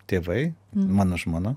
tėvai mano žmona